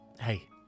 hey